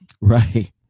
Right